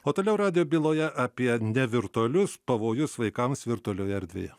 o toliau radijo byloje apie virtualius pavojus vaikams virtualioje erdvėje